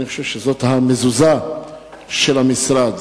אני חושב שזאת המזוזה של המשרד.